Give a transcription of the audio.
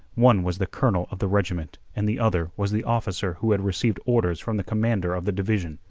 one was the colonel of the regiment and the other was the officer who had received orders from the commander of the division.